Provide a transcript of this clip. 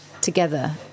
together